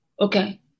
okay